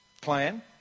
plan